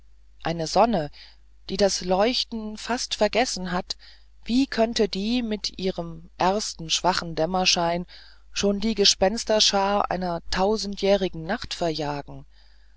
eine sonne die das leuchten fast vergessen hat wie könnte die mit ihrem ersten schwachen dämmerschein schon die gespensterschar einer tausendjährigen nacht verjagen